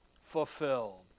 fulfilled